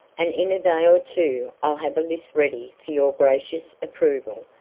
and in a day or two i'll have a list ready for your gracious approval.